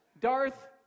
Darth